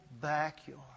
backyard